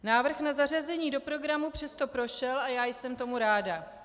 Návrh na zařazení do programu přesto prošel a já jsem tomu ráda.